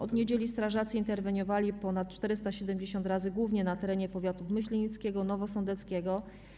Od niedzieli strażacy interweniowali ponad 470 razy, głównie na terenie powiatów myślenickiego i nowosądeckiego.